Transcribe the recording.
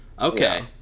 Okay